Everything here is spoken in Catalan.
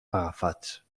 agafats